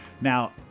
Now